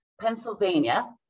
Pennsylvania